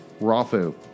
Rafu